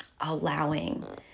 allowing